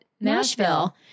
Nashville